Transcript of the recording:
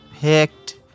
picked